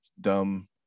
dumb